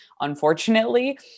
Unfortunately